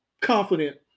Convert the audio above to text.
confident